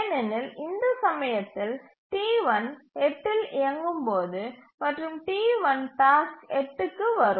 ஏனெனில் இந்த சமயத்தில் T1 8 இல் இயங்கும் போது மற்றும் T1 டாஸ்க் 8 க்கு வரும்